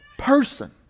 person